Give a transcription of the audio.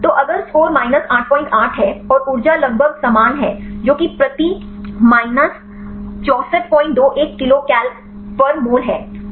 तो अगर score minus 88 है और ऊर्जा लगभग समान है जो कि प्रति minus 6421 kilo cal per mole है